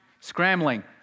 scrambling